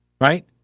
Right